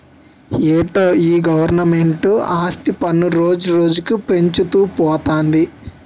ఏటో ఈ గవరమెంటు ఆస్తి పన్ను రోజురోజుకీ పెంచుతూ పోతంది